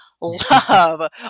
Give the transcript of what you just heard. love